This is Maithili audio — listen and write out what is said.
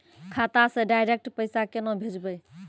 खाता से डायरेक्ट पैसा केना भेजबै?